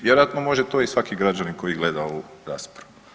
Vjerojatno može to i svaki građanin koji gleda ovu raspravu.